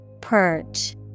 perch